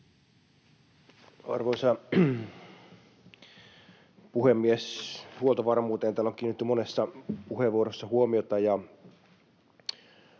Arvoisa puhemies! Huoltovarmuuteen täällä on kiinnitetty monessa puheenvuorossa huomiota